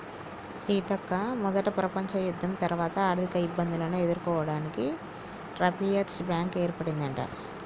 సీతక్క మొదట ప్రపంచ యుద్ధం తర్వాత ఆర్థిక ఇబ్బందులను ఎదుర్కోవడానికి రాపిర్స్ బ్యాంకు ఏర్పడిందట